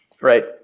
Right